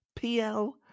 PL